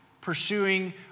pursuing